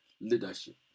leadership